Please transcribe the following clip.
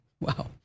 Wow